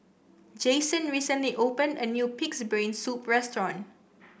Jasen recently opened a new pig's brain soup restaurant